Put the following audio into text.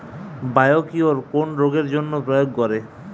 Biocure কোন রোগেরজন্য প্রয়োগ করে?